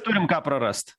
turim ką prarast